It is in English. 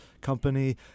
company